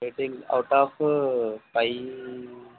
rating out off five